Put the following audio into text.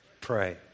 pray